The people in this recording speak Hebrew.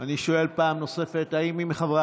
אני שואל פעם נוספת: האם יש מי מחברי